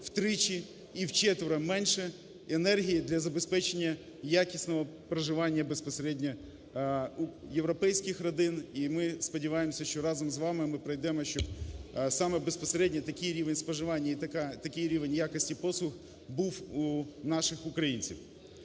втричі і вчетверо менше енергії для забезпечення якісного проживання безпосередньо у європейських родин. І ми сподіваємося, що разом з вами ми пройдемо, щоб саме безпосередньо такий рівень споживань і такий рівень якості послуг був у наших українців.